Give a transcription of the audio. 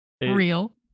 Real